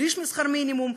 שליש משכר המינימום?